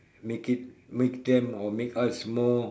make it make them or make us more